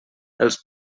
els